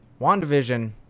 WandaVision